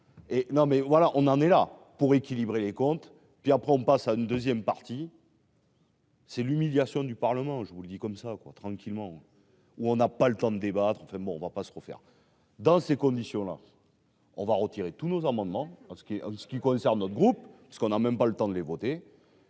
et non mais voilà, on en est là pour équilibrer les comptes, puis après on passe à une deuxième partie. C'est l'humiliation du Parlement, je vous le dis comme ça quoi tranquillement où on n'a pas le temps de débattre, enfin bon on va pas se refaire dans ces conditions là, on va retirer tous nos amendements, ce qui est ce qui concerne notre groupe ce qu'on a même pas le temps de les voter,